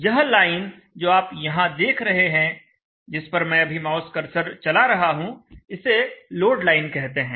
यह लाइन जो आप यहां देख रहे हैं जिस पर मैं अभी माउस कर्सर चला रहा हूं इसे लोड लाइन कहते हैं